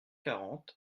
quarante